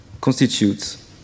constitutes